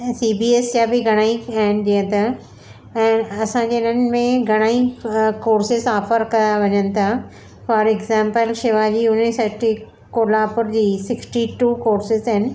ऐं C B S जा बि घणेई आहिनि हीअं त असांजे हिननिमें घणा ई कोर्सिस ऑफर करिया वञनि था for example Shivaji university Kolhapur जी सिक्सटी टू कोर्सिस आहिनि